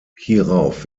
hierauf